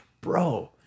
bro